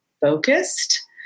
focused